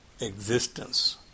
existence